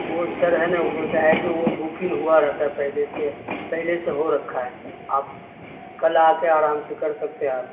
وہ سر ہے نا وہ کیا ہے کہ وہ بکنگ ہوا رہتا ہے پہلے سے پہلے سے ہو رکھا ہے آپ کل آ کے آرام سے کر سکتے آپ